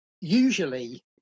Usually